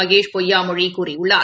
Mahesh பொய்யாமொழிகூறியுள்ளார்